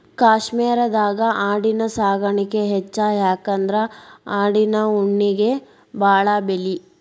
ಕಾಶ್ಮೇರದಾಗ ಆಡಿನ ಸಾಕಾಣಿಕೆ ಹೆಚ್ಚ ಯಾಕಂದ್ರ ಆಡಿನ ಉಣ್ಣಿಗೆ ಬಾಳ ಬೆಲಿ